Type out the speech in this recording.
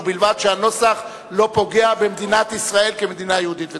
ובלבד שהנוסח לא פוגע במדינת ישראל כמדינה יהודית ודמוקרטית.